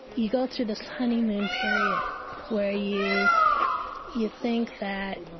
you go through this honeymoon period where you you think that,